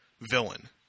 villain